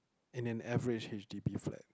in an average H_D_B flat